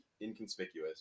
Inconspicuous